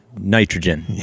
Nitrogen